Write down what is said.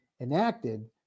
enacted